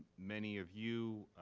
many of you.